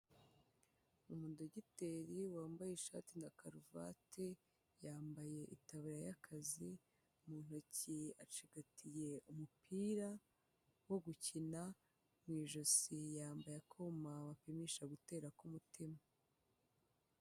Umudogiteri wambaye ishati na karuvate, yambaye itaburiya y'akazi mu ntoki acigatiye umupira wo gukina, mu ijosi yambaye akuma bapimisha gutera k'umutima.